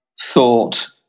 thought